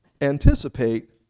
Anticipate